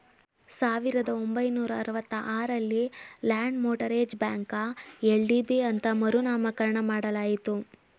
ಸಾವಿರದ ಒಂಬೈನೂರ ಅರವತ್ತ ಆರಲ್ಲಿ ಲ್ಯಾಂಡ್ ಮೋಟರೇಜ್ ಬ್ಯಾಂಕ ಎಲ್.ಡಿ.ಬಿ ಅಂತ ಮರು ನಾಮಕರಣ ಮಾಡಲಾಯಿತು